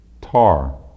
tar